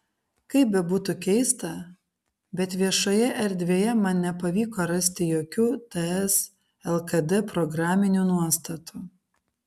kaip bebūtų keista bet viešoje erdvėje man nepavyko rasti jokių ts lkd programinių nuostatų